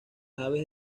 aves